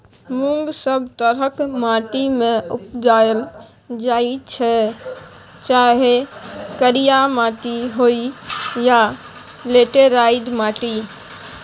मुँग सब तरहक माटि मे उपजाएल जाइ छै चाहे करिया माटि होइ या लेटेराइट माटि